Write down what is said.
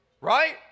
Right